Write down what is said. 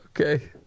Okay